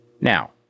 Now